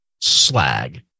slag